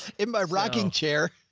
in my rocking chair.